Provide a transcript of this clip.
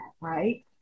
right